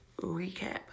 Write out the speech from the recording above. recap